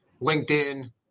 LinkedIn